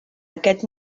aquest